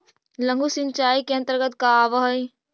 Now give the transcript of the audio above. लघु सिंचाई के अंतर्गत का आव हइ?